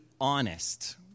honest